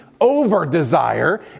over-desire